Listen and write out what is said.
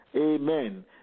Amen